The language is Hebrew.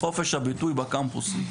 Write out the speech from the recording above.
חופש הביטוי בקמפוס.